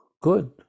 Good